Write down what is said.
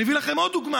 אני אביא לכם עוד דוגמה: